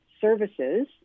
services